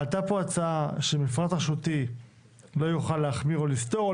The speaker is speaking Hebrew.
עלתה פה הצעה שמפרט רשותי לא יוכל להחמיר או לסתור.